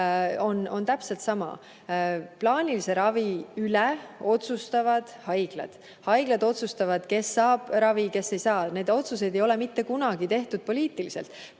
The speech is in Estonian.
on täpselt sama. Plaanilise ravi üle otsustavad haiglad, haiglad otsustavad, kes saab ravi, kes ei saa. Neid otsuseid ei ole mitte kunagi tehtud poliitiliselt,